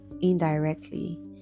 indirectly